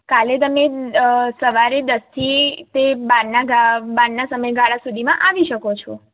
કાલે તમે સવારે દસથી તે બારના બારના સમયગાળા સુધીમાં આવી શકો છો